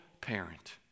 parent